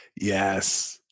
yes